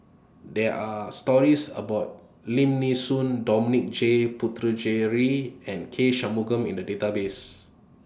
There Are stories about Lim Nee Soon Dominic J Puthucheary and K Shanmugam in The Database